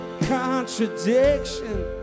contradiction